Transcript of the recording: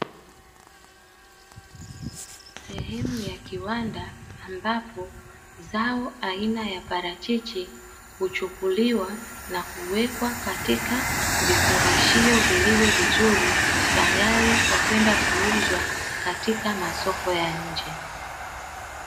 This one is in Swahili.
Sehemu ya kiwanda, ambapo zao aina ya parachichi huchukuliwa na kuwekwa katika vifungashio vilivyo vizuri, tayari kwa kwenda kuuzwa katika masoko ya nje.